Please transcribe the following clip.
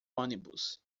ônibus